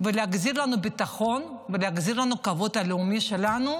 ולהחזיר לנו ביטחון ולהחזיר לנו את הכבוד הלאומי שלנו,